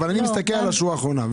אני מסתכל על השורה התחתונה.